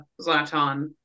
Zlatan